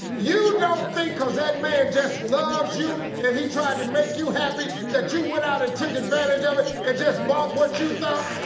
you don't think cause that man just loves you, and he tried to make you happy that you went out and took advantage of it, and just bought what you thought?